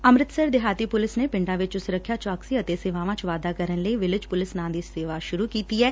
ਅੰਮ੍ਤਿਤਸਰ ਦੇਹਾਤੀ ਪੁਲਿਸ ਨੇ ਪਿੰਡਾਂ ਵਿਚ ਸੁਰੱਖਿਆ ਚੌਕਸੀ ਅਤੇ ਸੇਵਾਵਾਂ ਚ ਵਾਧਾ ਕਰਨ ਲਈ ਵਿਲੇਜ ਪੁਲਿਸ ਨਾਂ ਦੀ ਸੇਵਾ ਸੁਰੁ ਕੀਤੀ ਐ